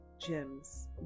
gems